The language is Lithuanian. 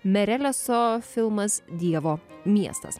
mereleso filmas dievo miestas